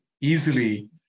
easily